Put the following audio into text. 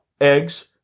eggs